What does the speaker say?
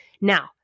Now